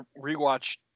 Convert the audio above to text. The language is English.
rewatched